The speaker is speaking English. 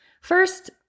First